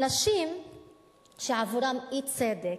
אנשים שעבורם אי-צדק,